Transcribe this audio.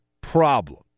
problem